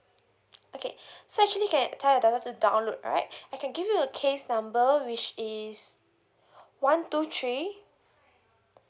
okay so actually can tell your daughter to download right I can give you a case number which is one two three